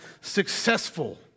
successful